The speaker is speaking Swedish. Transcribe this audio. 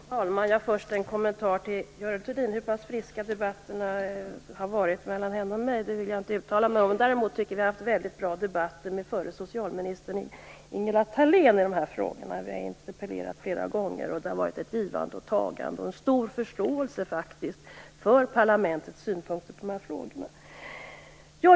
Fru talman! Jag har först en kommentar till Görel Thurdin. Hur pass friska debatterna har varit mellan henne och mig vill jag inte uttala mig om. Däremot tycker jag att vi hade väldigt bra debatter med förra socialministern Ingela Thalén i de här frågorna. Vi har interpellerat flera gånger, och det har varit ett givande och ett tagande. Det har faktiskt funnits en stor förståelse för parlamentets synpunkter på de här frågorna.